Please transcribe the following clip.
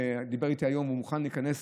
שדיבר איתי היום והוא מוכן להיכנס